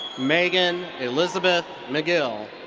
meghan elizabeth magill.